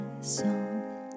song